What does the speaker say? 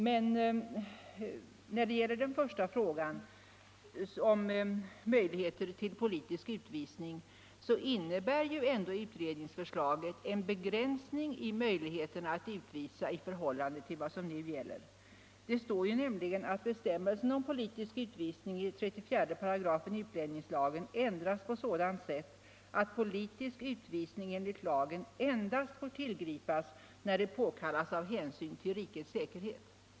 Men när det gäller min första fråga i detta sammanhang vill jag framhålla att utredningsförslaget ju ändå innebär en begränsning av möjligheterna till politisk utvisning i förhållande till vad som nu gäller. Det heter nämligen att bestämmelsen 31 om politisk utvisning i 34 § utlänningslagen ändras på sådant sätt att politisk utvisning enligt lagen endast får tillgripas när det påkallas av hänsyn till rikets säkerhet.